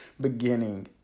beginning